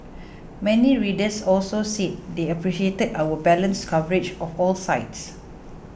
many readers also said they appreciated our balanced coverage of all sides